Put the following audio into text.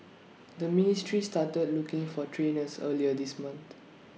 the ministry started looking for trainers earlier this month